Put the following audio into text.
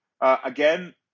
again